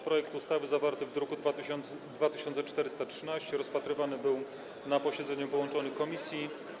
Projekt ustawy zawarty w druku nr 2413 był rozpatrywany na posiedzeniu połączonych komisji.